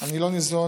אני לא ניזון